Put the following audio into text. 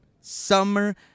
Summer